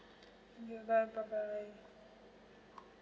thank you bye bye bye bye